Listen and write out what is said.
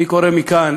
אני קורא מכאן